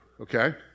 Okay